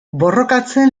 borrokatzen